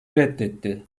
reddetti